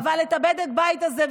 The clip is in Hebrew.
אבל בדק הבית הזה,